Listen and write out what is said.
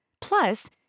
Plus